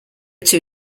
two